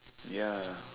ya